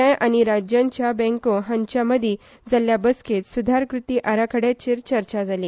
आय आनी राज्यांच्या बँको हांच्या मदी जाल्या बसकेंत सुधार कृती आराखड्याचेर चर्चा जाली